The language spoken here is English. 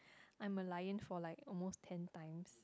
I Merlion for like almost ten times